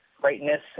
greatness